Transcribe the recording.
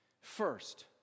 First